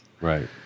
Right